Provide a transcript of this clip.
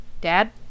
Dad